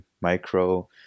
micro